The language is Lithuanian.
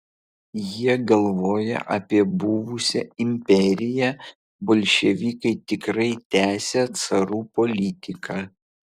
jie galvoja apie buvusią imperiją bolševikai tikrai tęsią carų politiką